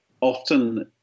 often